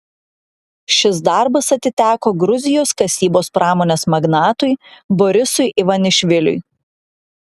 šis darbas atiteko gruzijos kasybos pramonės magnatui borisui ivanišviliui